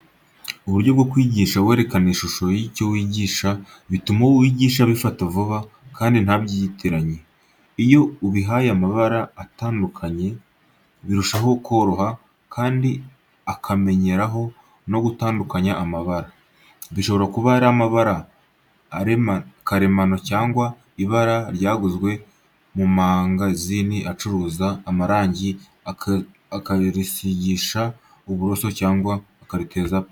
Uburyo bwo kwigisha werekana n'ishusho y'icyo wigisha bituma uwo wigisha abifata vuba kandi ntabyitiranye. Iyo ubihaye amabara atandukanye birushaho koroha kandi akamenyeraho no gutandukanya amabara. Bishobora kuba ari ibara karemano cyangwa ibara ryaguzwe mu mangazini acuruza amarangi, ukarisigisha uburuso cyangwa ukariteza pisitore.